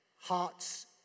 hearts